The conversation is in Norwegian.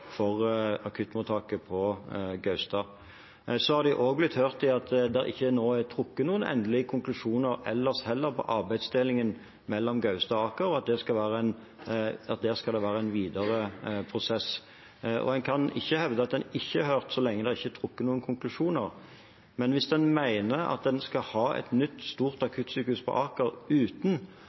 for akuttmottaket på Gaustad. De er også blitt hørt ved at det ikke er trukket noen endelige konklusjoner om arbeidsdelingen mellom Gaustad og Aker, der skal det være en videre prosess. En kan ikke hevde at en ikke er hørt, så lenge det ikke er trukket noen konklusjoner, men hvis en mener at en skal ha et nytt, stort akuttsykehus på Aker uten